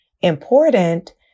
important